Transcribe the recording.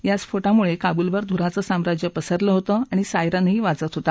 या स्फोटामुळक्रिबुलवर धुराचं साम्राज्य पसरल होतं आणि सायरन वाजत होता